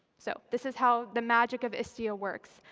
so this is how the magic of istio works.